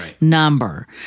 number